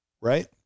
right